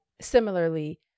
similarly